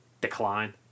decline